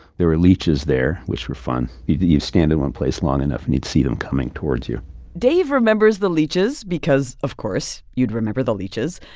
there were leeches there, which were fun. you'd you'd stand in one place long enough, and you'd see them coming towards you dave remembers the leeches because, of course, you'd remember the leeches.